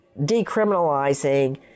decriminalizing